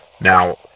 Now